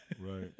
Right